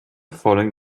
falling